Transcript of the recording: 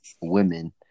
women